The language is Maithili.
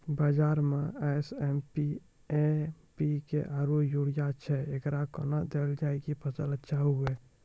बाजार मे एस.एस.पी, एम.पी.के आरु यूरिया छैय, एकरा कैना देलल जाय कि फसल अच्छा हुये?